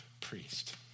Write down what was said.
priest